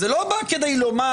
זה לא בא כדי לומר,